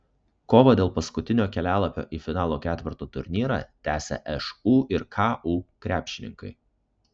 kovą dėl paskutinio kelialapio į finalo ketverto turnyrą tęsia šu ir ku krepšininkai